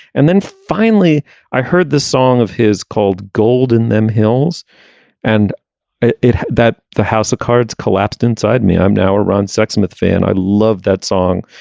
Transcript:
and then finally i heard the song of his called gold in them hills and it that the house of cards collapsed inside me. i'm now a ron sexsmith fan. i love that song.